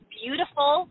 beautiful